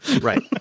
Right